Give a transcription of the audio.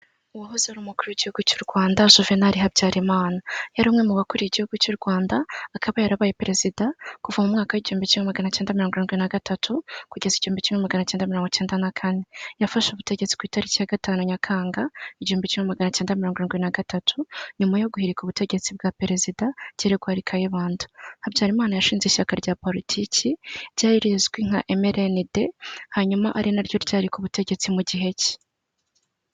Uwahoze ari umukuru w'igihugu cy'u rwanda Juvenal Habyarimana, yari umwe mu bakuriye igihugu cy'u rwanda akaba yarabaye perezida kuva mu mwaka w'igihumbi cya magana cyenda mirongorindwi nagatatu kugeza igimbi kimwe magana cyenda mirongo cyenda na kane. Yafashe ubutegetsi ku itariki ya gatanu nyakanga igihumbi kimwe magana icyenda mi mirongo irindwi na gatatu nyuma yo guhirika ubutegetsi bwa perezida Gregoire Kayibanda. Habyarimana yashinze ishyaka rya politiki ryari rizwi nka emelenide, hanyuma ari naryo ryari ku butegetsi mu gihe cye.